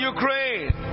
Ukraine